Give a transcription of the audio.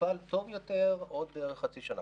ויטופל טוב יותר בעוד בערך חצי שנה.